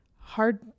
hard